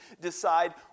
decide